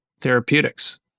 therapeutics